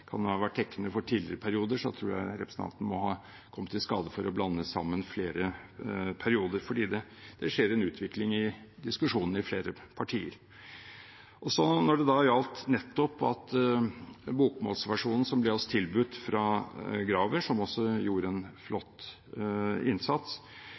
Kan den ha vært dekkende for tidligere perioder, tror jeg representanten må ha kommet i skade for å blande sammen flere perioder, for det skjer en utvikling i diskusjonene i flere partier. Når det gjaldt nettopp bokmålsversjonen som ble oss tilbudt fra Graver, som også gjorde en